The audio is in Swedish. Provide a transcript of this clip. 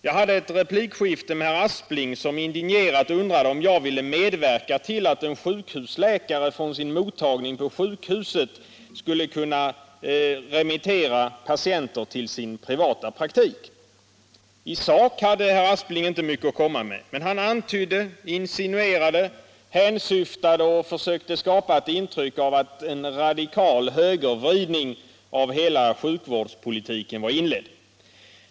Jag hade ett replikskifte med herr Aspling, som indignerat undrade om jag ville medverka till att en sjukhusläkare från sin mottagning på sjukhuset skulle kunna remittera patienter till sin privatpraktik. I sak hade herr Aspling inte mycket att komma med. Men han antydde, insinuerade, hänsyftade och försökte skapa ett intryck av att en radikal högervridning av hela sjukvårdspolitiken var inledd.